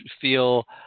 feel